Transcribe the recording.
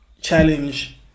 challenge